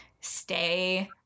stay